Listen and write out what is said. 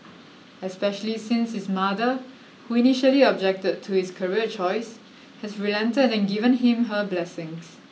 especially since his mother who initially objected to his career choice has relented and given him her blessings